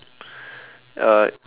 uh